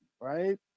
right